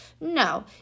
No